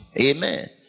Amen